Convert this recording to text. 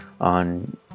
on